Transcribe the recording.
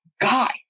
guy